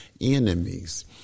enemies